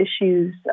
issues